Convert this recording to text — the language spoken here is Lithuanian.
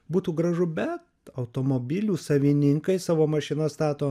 būtų gražu bet automobilių savininkai savo mašinas stato